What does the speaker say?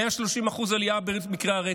130% עלייה במקרי הרצח,